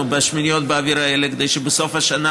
בשמיניות באוויר האלה כדי שבסוף השנה,